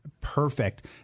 perfect